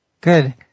Good